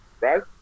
right